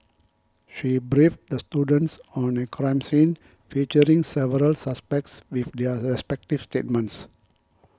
she briefed the students on a crime scene featuring several suspects with their respective statements